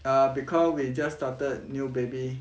uh because we just started new baby